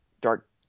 dark